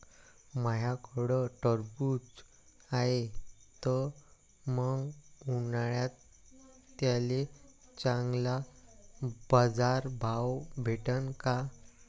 माह्याकडं टरबूज हाये त मंग उन्हाळ्यात त्याले चांगला बाजार भाव भेटन का?